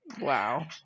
Wow